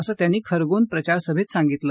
असं त्यांनी खरगोन प्रचारसभेत सांगितलं